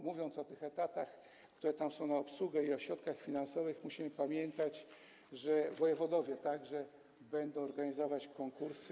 Mówiąc o tych etatach, które tam są na obsługę, i o środkach finansowych, musimy pamiętać, że wojewodowie także będą organizować konkursy.